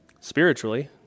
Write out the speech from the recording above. spiritually